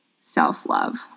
self-love